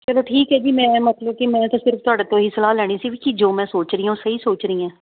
ਚਲੋ ਠੀਕ ਹ ਜੀ ਮੈਂ ਮਤਲਬ ਕਿ ਮੈਂ ਤਾਂ ਸਿਰਫ ਤੁਹਾਡੇ ਤੋਂ ਇਹੀ ਸਲਾਹ ਲੈਣੀ ਸੀ ਵੀ ਜੋ ਮੈਂ ਸੋਚ ਰਹੀ ਆ ਉਹ ਸਹੀ ਸੋਚ ਰਹੀ ਆ